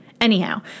Anyhow